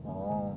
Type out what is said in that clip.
orh